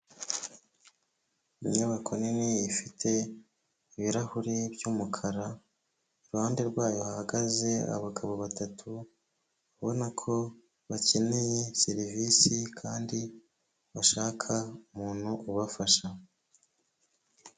Inyubako nini ifite, ibirahuri by'umukara, iruhande rwayo hahagaze abagabo batatu, babona ko bakeneye serivisi kandi bashaka umuntu ubafasha.